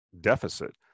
deficit